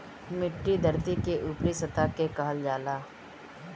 मिट्टी धरती के ऊपरी सतह के कहल जाला